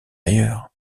ailleurs